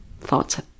thoughts